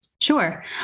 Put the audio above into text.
Sure